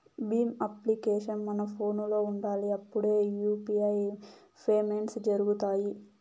Bhim application మన ఫోనులో ఉండాలి అప్పుడే యూ.పీ.ఐ పేమెంట్స్ జరుగుతాయి